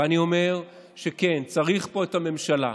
אני אומר שכן, צריך פה את הממשלה,.